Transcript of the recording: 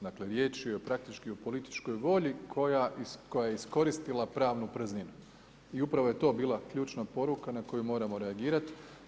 Dakle riječ je praktički o političkoj volji koja je iskoristila pravnu prazninu i upravo je to bila ključna poruka na koju moramo reagirati.